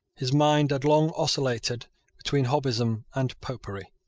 his mind had long oscillated between hobbism and popery.